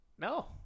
No